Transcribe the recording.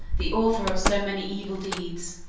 the author of so many evil deeds,